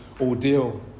ordeal